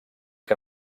que